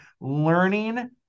learning